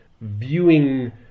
viewing